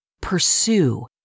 pursue